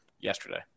yesterday